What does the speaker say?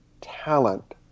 talent